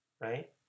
right